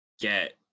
get